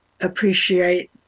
appreciate